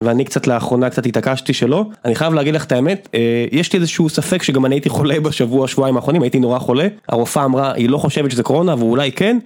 ואני קצת לאחרונה קצת התעקשתי שלא, אני חייב להגיד לך את האמת יש לי איזשהו ספק שגם אני הייתי חולה בשבוע שבועיים האחרונים, הייתי נורא חולה, הרופאה אמרה היא לא חושבת שזה קורונה ואולי כן